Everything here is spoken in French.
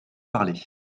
parler